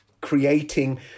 creating